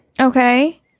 Okay